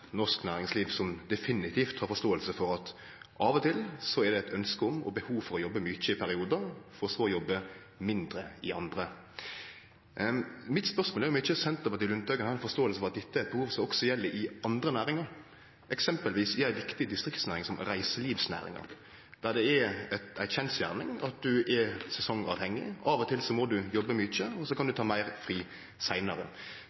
norsk næringsliv som definitivt har forståing for at av og til er det eit ønske om og behov for å jobbe mykje i periodar for så å jobbe mindre i andre. Spørsmålet mitt er om ikkje Senterpartiet og Lundteigen har ei forståing for at dette er eit behov som også gjeld i andre næringar, eksempelvis i ei viktig distriktsnæring som reiselivsnæringa, der det er ei kjensgjerning at ein er sesongavhengig. Av og til må ein jobbe mykje, og så kan ein ta meir fri seinare.